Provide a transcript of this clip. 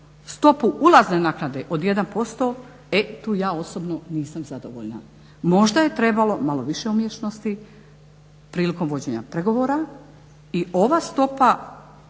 stopu ulazne naknade od 1% e tu ja osobno nisam zadovoljna. Možda je trebalo malo više umješnosti prilikom vođenja pregovora i ova stopa